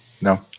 No